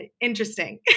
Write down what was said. interesting